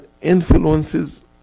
influences